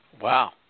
Wow